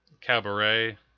Cabaret